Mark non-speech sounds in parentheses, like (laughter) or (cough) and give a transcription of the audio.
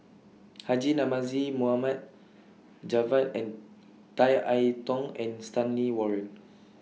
(noise) Haji Namazie Mohamed Javad and Tan I Tong and Stanley Warren